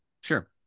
Sure